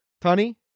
Tony